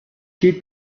she